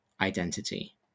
identity